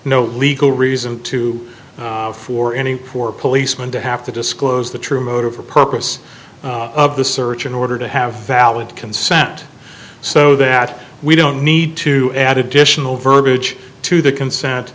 no legal reason to for any for a policeman to have to disclose the true motive or purpose of the search in order to have valid concern and so that we don't need to add additional verbiage to the consent